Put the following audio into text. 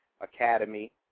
Academy